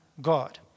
God